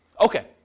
Okay